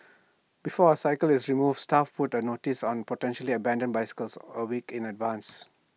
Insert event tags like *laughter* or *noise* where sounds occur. before A *unintelligible* is removed staff put up notices on potentially abandoned bicycles A week in advance